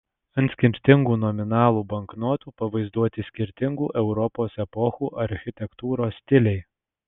ant skirtingų nominalų banknotų pavaizduoti skirtingų europos epochų architektūros stiliai